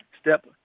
step